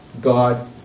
God